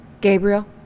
Gabriel